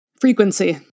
frequency